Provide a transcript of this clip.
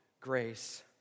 grace